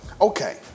okay